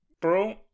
Bro